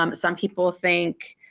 um some people think